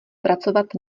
pracovat